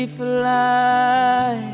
fly